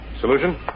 Solution